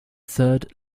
third